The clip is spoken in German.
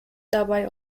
dabei